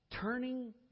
turning